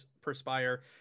perspire